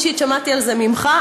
אני אישית שמעתי על זה ממך,